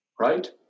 right